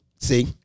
See